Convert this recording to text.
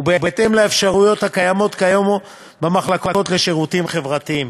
ובהתאם לאפשרויות הקיימות כיום במחלקות לשירותים חברתיים,